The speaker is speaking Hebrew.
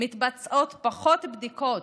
מתבצעות פחות בדיקות.